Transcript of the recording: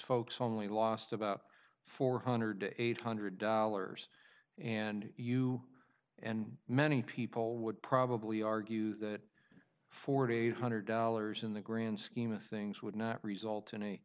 folks only lost about four hundred to eight hundred dollars and you and many people would probably argue that forty eight hundred dollars in the grand scheme of things would not result in a